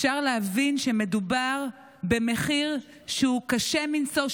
אפשר להבין שמדובר במחיר שהוא קשה מנשוא,